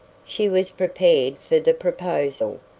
she was prepared for the proposal,